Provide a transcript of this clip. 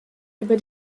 über